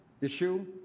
issue